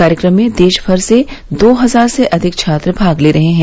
कार्यक्रम में देशभर से दो हजार से अधिक छात्र भाग ले रहे हैं